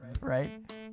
right